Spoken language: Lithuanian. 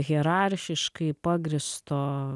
hierarchiškai pagrįsto